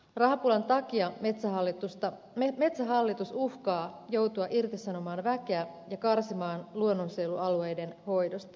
rahapulan takia metsähallitusta uhkaa vaara joutua irtisanomaan väkeä ja karsimaan luonnonsuojelualueiden hoidosta